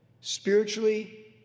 spiritually